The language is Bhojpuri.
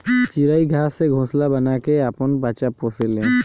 चिरई घास से घोंसला बना के आपन बच्चा पोसे ले